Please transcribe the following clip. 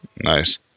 nice